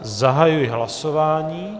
Zahajuji hlasování.